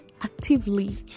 Actively